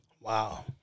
Wow